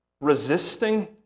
resisting